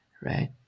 right